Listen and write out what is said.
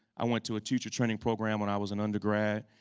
i went to a teacher training program when i was an undergrad.